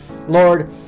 Lord